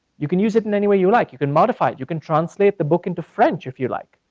you can use it in any way you like. you can modify it, you can translate the book into french if you like.